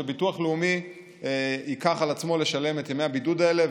וביטוח לאומי ייקח על עצמו לשלם את ימי הבידוד האלה.